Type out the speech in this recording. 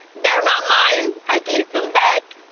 they're not mine, i gave them back.